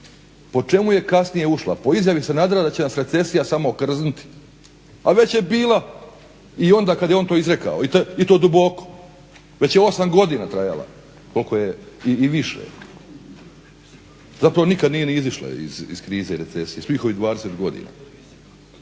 Po čemu je kasnije ušla, po izjavi Sanadera da će nas recesija samo okrznuti, a već je bila i onda kad je on to izrekao i to duboko, već je 8 godina trajala i više. Zato nikad nije ni izašla iz krize i recesije svih ovih 20 godina.